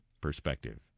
perspective